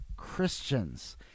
christians